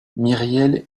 myriel